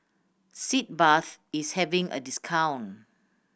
Sitz Bath is having a discount